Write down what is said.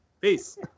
peace